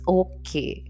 okay